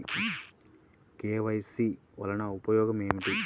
KYC వలన ఉపయోగం ఏమిటీ?